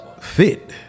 Fit